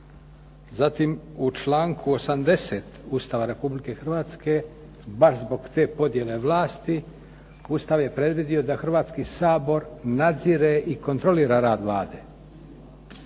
Zatim, u članku 80. Ustava Republike Hrvatske baš zbog te podjele vlasti Ustav je predvidio da Hrvatski sabor nadzire i kontrolira rad Vlade.